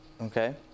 Okay